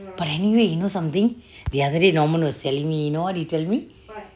but anyway you know something the other day norman was telling me you know what he tell me